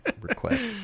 request